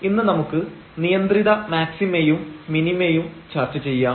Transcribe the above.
ഇന്ന് നമുക്ക് നിയന്ത്രിത മാക്സിമയും മിനിമയും ചർച്ച ചെയ്യാം